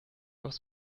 aufs